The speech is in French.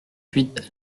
huit